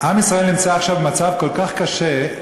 עם ישראל נמצא עכשיו במצב כל כך קשה,